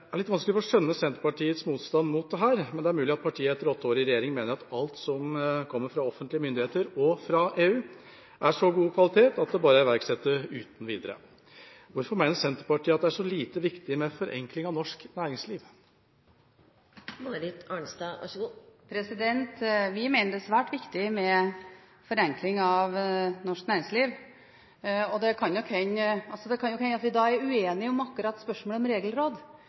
Jeg har litt vanskelig for å skjønne Senterpartiets motstand mot dette, men det er mulig at partiet etter åtte år i regjering mener at alt som kommer fra offentlige myndigheter og fra EU, er av så god kvalitet at det bare er å iverksette uten videre. Hvorfor mener Senterpartiet at det er så lite viktig med forenkling av norsk næringsliv? Vi mener det er svært viktig med forenkling av norsk næringsliv. Det kan nok hende at vi er uenige om akkurat spørsmålet om regelråd,